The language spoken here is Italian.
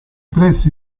pressi